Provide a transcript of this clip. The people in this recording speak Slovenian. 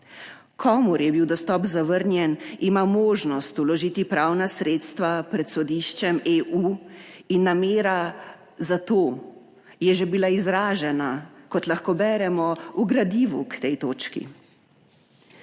komur je bil dostop zavrnjen ima možnost vložiti pravna sredstva pred sodiščem EU in namera za to je že bila izražena kot lahko beremo v gradivu k tej točki.